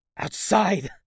Outside